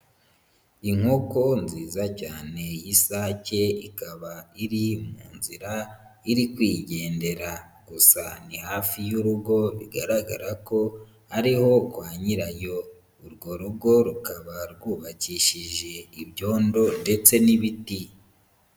Inkoko nziza cyane y'isake, ikaba iri mu nzira iri kwigendera, gusa ni hafi y'urugo bigaragara ko ariho kwa nyirayo, urwo rugo rukaba rwubakishije ibyondo ndetse n'ibiti.